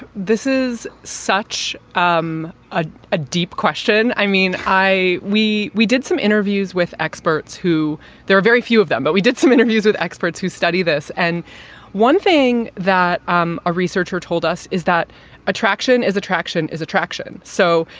this is such um ah a deep question. i mean, i we we did some interviews with experts who there are very few of them, but we did some interviews with experts who study this. and one thing that um a researcher told us is that attraction is attraction is attraction. so,